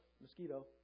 mosquito